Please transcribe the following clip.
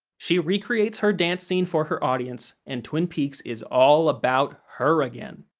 she recreates her dance scene for her audience, and twin peaks is all about her again.